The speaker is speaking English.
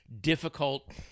difficult